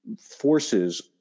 forces